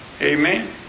Amen